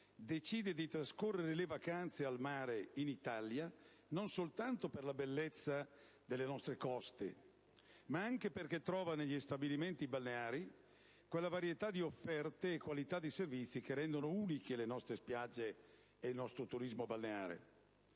decisione di trascorrere le vacanze al mare in Italia deriva non soltanto dall'apprezzamento per la bellezza delle nostre coste, ma anche dal fatto di trovare negli stabilimenti balneari quella varietà di offerta e qualità dei servizi che rendono unici le nostre spiagge e il nostro turismo balneare.